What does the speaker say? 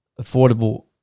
affordable